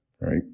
right